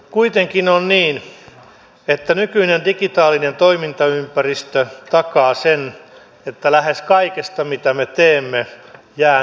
kuitenkin on niin että nykyinen digitaalinen toimintaympäristö takaa sen että lähes kaikesta mitä me teemme jää näkymätön jälki